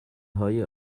های